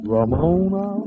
Ramona